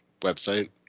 website